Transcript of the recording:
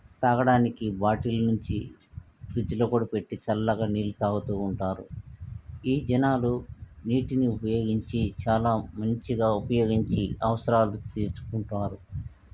తాగడానికి బాటిల్ నుంచి ఫ్రిజ్లో కూడా పెట్టి చల్లగా నీళ్ళు తాగుతూ ఉంటారు ఈ జనాలు నీటిని ఉపయోగించి చాలా మంచిగా ఉపయోగించి అవసరాలకు తీర్చుకుంటారు